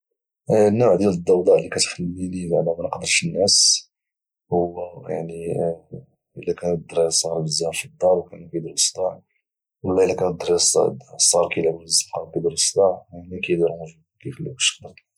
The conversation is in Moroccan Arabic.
النوع ديال الضوضاء اللي كتخليني زعما وما نقدرش الناس هو الا كانوا بزاف ديال الدراري الصغار في الدار وكانوا كايديروا الصداع ولا الا كانوا الدراري الصغار كيلعلبو في الزنقه وكايديروا الصداع يعني كايديرونجيوني ما كايخلوكش تنعس